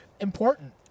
important